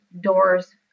doors